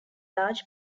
large